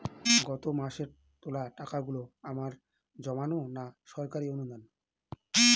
গত মাসের তোলা টাকাগুলো আমার জমানো না সরকারি অনুদান?